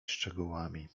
szczegółami